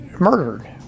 murdered